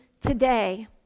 today